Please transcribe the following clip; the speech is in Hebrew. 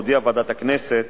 הודיעה ועדת הכנסת